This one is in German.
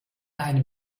einem